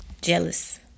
jealous